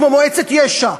כמו מועצת יש"ע,